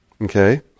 okay